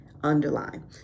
underline